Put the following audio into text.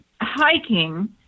hiking